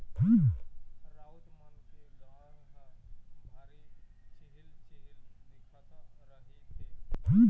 राउत मन के गाय ह भारी छिहिल छिहिल दिखत रहिथे